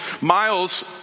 Miles